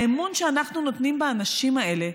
האמון שאנחנו נותנים באנשים האלה,